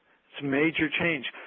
major change.